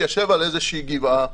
התיישב על איזושהי גבעה,